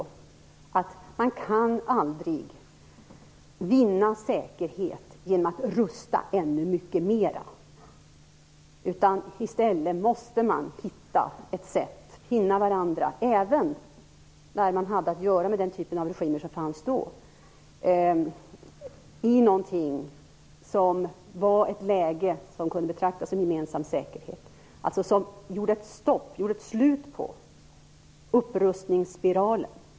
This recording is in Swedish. Det innebar att man aldrig kan vinna säkerhet genom att rusta ännu mycket mera, utan att man i stället måste hitta ett sätt, finna varandra - även när man hade att göra med den typen av regimer som fanns då - i någonting som var ett läge som kunde betraktas som gemensam säkerhet, som alltså gjorde ett slut på upprustningsspiralen.